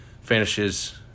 finishes